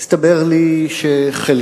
הסתבר לי שחלקם,